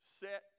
set